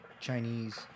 Chinese